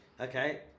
Okay